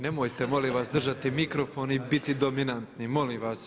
Nemojte molim vas držati mikrofon i biti dominantni, molim vas.